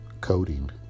coding